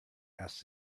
asked